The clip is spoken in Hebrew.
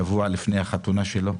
שבוע לפני החתונה שלו,